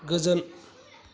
गोजोन